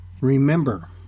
Remember